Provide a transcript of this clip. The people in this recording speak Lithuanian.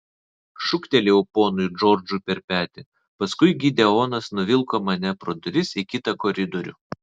šūktelėjau ponui džordžui per petį paskui gideonas nuvilko mane pro duris į kitą koridorių